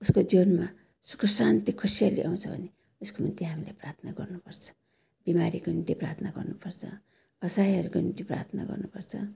उसको जीवनमा सुख शान्ति खुसीयाली आउँछ भने उसको निम्ति हामीले प्रार्थना गर्नु पर्छ बिमारीको निम्ति प्रार्थना गर्नु पर्छ असहायहरूको निम्ति प्रार्थना गर्नु पर्छ